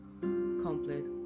complex